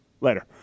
Later